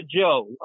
Joe